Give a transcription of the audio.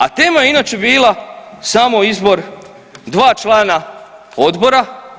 A tema je inače bila samo izbor 2 člana odbora.